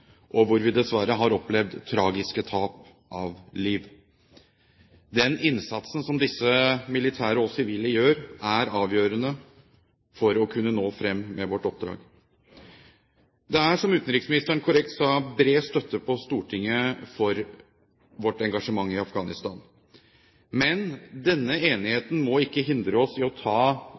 og hvor vi dessverre har opplevd tragiske tap av liv. Den innsatsen som disse militære og sivile gjør, er avgjørende for å kunne nå frem med vårt oppdrag. Det er, som utenriksministeren korrekt sa, bred støtte på Stortinget for vårt engasjement i Afghanistan. Men denne enigheten må ikke hindre oss i å ta